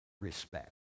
respect